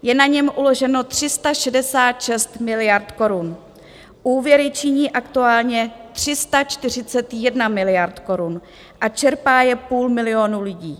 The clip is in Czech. Je na něm uloženo 366 miliard korun, úvěry činí aktuálně 341 miliard korun a čerpá je půl milionu lidí.